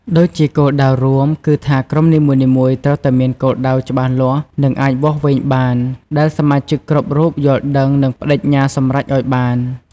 ដូចជាគោលដៅរួម គឺថាក្រុមនីមួយៗត្រូវតែមានគោលដៅច្បាស់លាស់ និងអាចវាស់វែងបាន ដែលសមាជិកគ្រប់រូបយល់ដឹង និងប្តេជ្ញាសម្រេចឱ្យបាន។